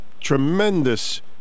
tremendous